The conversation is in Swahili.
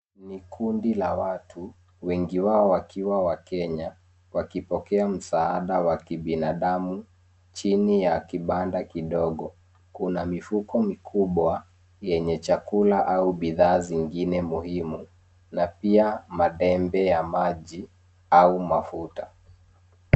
Ni kundi la watu wengi wao wakiwa wa kenya wakipokea msaada wa kibinadamu chini ya kibanda kidogo. Kuna mifuko mikubwa yenye chakula au bidhaa zingine muhimu na pia mathembe ya maji au mafuta.